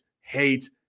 hate